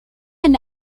and